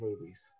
movies